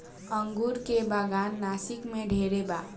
अंगूर के बागान नासिक में ढेरे बा